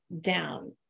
down